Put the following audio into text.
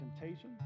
temptation